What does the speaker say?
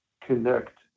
connect